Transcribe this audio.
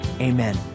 Amen